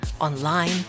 online